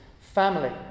family